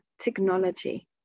technology